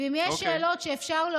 כי כשמסתכלים,